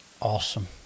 awesome